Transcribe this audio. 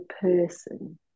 person